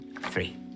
three